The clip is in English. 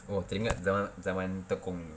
oh tak ingat zaman zaman tekong